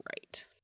right